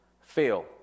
fail